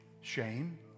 shame